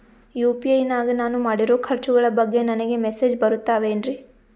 UPI ನಾಗ ನಾನು ಮಾಡಿರೋ ಖರ್ಚುಗಳ ಬಗ್ಗೆ ನನಗೆ ಮೆಸೇಜ್ ಬರುತ್ತಾವೇನ್ರಿ?